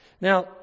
Now